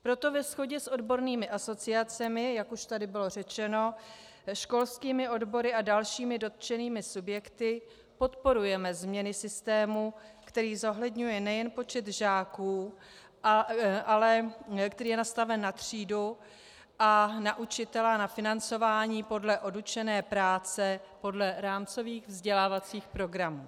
Proto ve shodě s odbornými asociacemi, jak už tady bylo řečeno, školskými odbory a dalšími dotčenými subjekty podporujeme změny systému, který zohledňuje nejen počet žáků, který je nastaven na třídu a na učitele a na financování podle odučené práce podle rámcových vzdělávacích programů.